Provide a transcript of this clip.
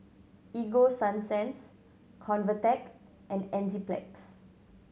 Ego Sunsense Convatec and Enzyplex